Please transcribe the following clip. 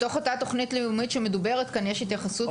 בתוך אותה תוכנית לאומית שמדוברת כאן יש התייחסות גם לזה.